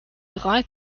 drei